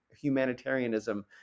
humanitarianism